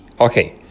Okay